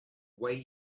way